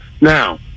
Now